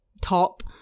top